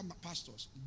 pastors